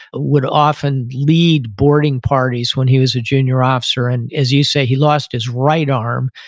would often lead boarding parties when he was a junior officer. and as you say, he lost his right arm,